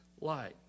light